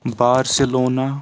Barcelona